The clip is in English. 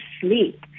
sleep